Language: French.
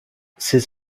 ces